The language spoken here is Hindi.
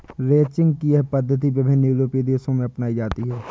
रैंचिंग की यह पद्धति विभिन्न यूरोपीय देशों में अपनाई जाती है